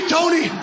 Tony